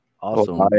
Awesome